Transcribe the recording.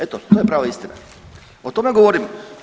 Eto, to je prava istina o tome govorim.